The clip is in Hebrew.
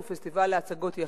שהוא פסטיבל להצגות יחיד,